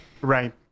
Right